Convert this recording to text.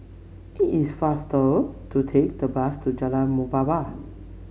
it is faster to take the bus to Jalan Muhibbah